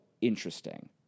interesting